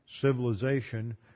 civilization